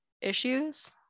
issues